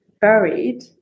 buried